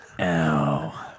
Ow